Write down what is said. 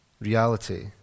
reality